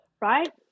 Right